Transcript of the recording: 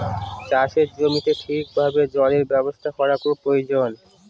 চাষের জমিতে ঠিক ভাবে জলের ব্যবস্থা করা খুব প্রয়োজন